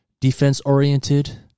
Defense-oriented